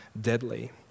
deadly